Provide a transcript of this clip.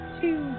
two